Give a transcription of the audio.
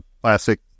classic